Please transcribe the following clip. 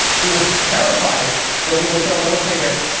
who was terrified that we will sell no tickets,